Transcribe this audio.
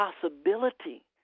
possibility